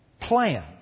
plan